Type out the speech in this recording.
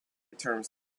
terms